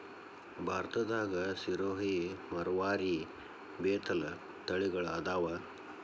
ಭಾರತದಾಗ ಸಿರೋಹಿ, ಮರವಾರಿ, ಬೇತಲ ತಳಿಗಳ ಅದಾವ